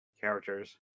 characters